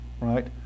right